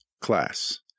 class